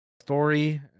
story